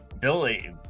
Billy